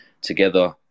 together